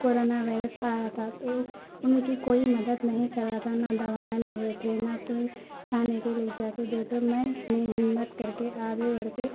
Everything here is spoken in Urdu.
کورونا وئرس آیا تھا تو ان کی کوئی مدد نہیں کر رہا تھا نہ دوائیں مل رہے تھے نہ کوئی کھانے کے لے جا کے دیتو میں ہی نے ہمت کر کے آگے بڑھ کے